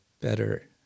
better